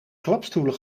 klapstoelen